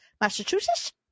Massachusetts